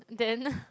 then